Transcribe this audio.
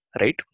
right